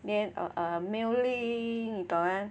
then err mailing 你懂吗